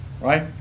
right